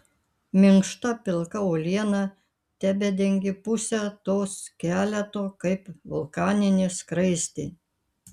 minkšta pilka uoliena tebedengė pusę to skeleto kaip vulkaninė skraistė